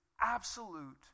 absolute